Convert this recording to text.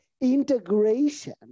integration